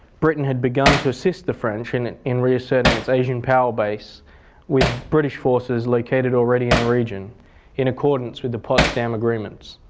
britain had begun to assist the french in and in reasserting its asian power base with british forces located already in the region in accordance with the potsdam agreements.